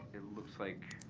it looks like